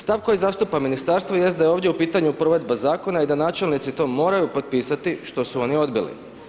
Stav koji zastupa ministarstvo, jest da je ovdje u pitanju provedba zakona i da načelnici to moraju potpisati, što su oni odbili.